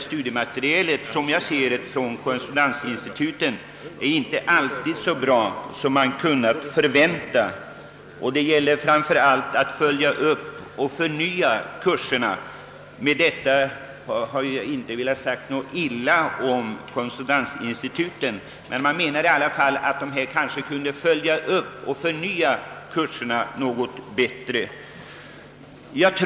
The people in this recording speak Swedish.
Studiematerialet från korrespondensinstituten är inte alltid så bra som man kunnat vänta. Därmed intet ont sagt om korrespondensinstitu ten, men de kanske behöver följa upp och förnya kurserna.